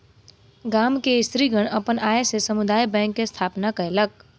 गाम के स्त्रीगण अपन आय से समुदाय बैंक के स्थापना केलक